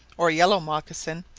or yellow mocassin,